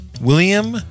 William